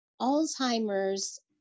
alzheimer's